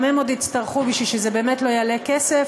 גם הם עוד יצטרכו, כדי שזה באמת לא יעלה כסף.